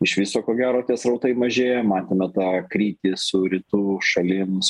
iš viso ko gero tie srautai mažėja matome tą kryptį su rytų šalims